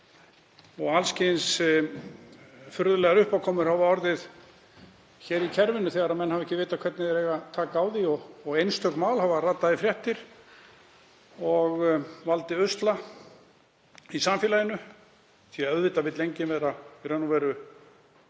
og alls kyns furðulegar uppákomur hafa orðið hér í kerfinu þegar menn hafa ekki vitað hvernig þeir eiga að taka á því og einstök mál hafa ratað í fréttir og valdið usla í samfélaginu því að auðvitað vill enginn í raun vera